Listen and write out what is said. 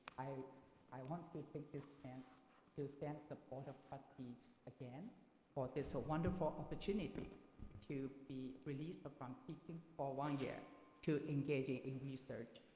i i want to take this chance to thank the board of trustees again for this wonderful opportunity to be released but from teaching for one year to engage in in research.